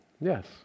yes